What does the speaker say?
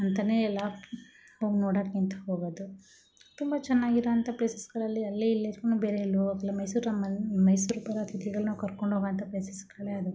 ಅಂತಲೇ ಎಲ್ಲ ಬಂದು ನೋಡೋಕ್ಕೆಂತ ಹೋಗೋದು ತುಂಬ ಚೆನ್ನಾಗಿರುವಂಥ ಪ್ಲೇಸಸ್ಗಳಲ್ಲಿ ಅಲ್ಲಿ ಇಲ್ಲಿ ಬೇರೆ ಎಲ್ಲೂ ಹೋಗೋಕ್ಕಿಲ್ಲ ಮೈಸೂರು ಅರ್ಮಾ ಮೈಸೂರು ಬರೋ ಅಥಿತಿಗಳನ್ನು ಕರ್ಕೊಂಡು ಹೋಗುವಂಥ ಪ್ಲೇಸಸ್ಗಳೇ ಅದು